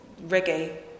reggae